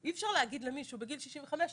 אי אפשר להגיד למישהו בגיל 65,